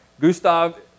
Gustav